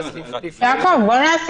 נתתי